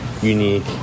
Unique